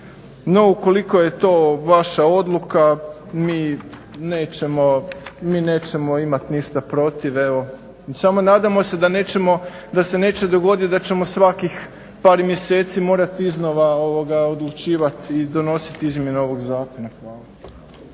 No ukoliko je to vaša odluka mi nećemo imati ništa protiv samo nadamo se da nećemo, da se neće dogoditi da ćemo svakih par mjeseci morat iznova odlučivati i donositi izmjene ovih zakona. Hvala.